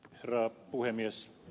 herra puhemies